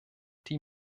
die